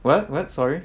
what what sorry